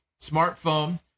smartphone